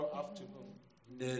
afternoon